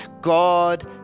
God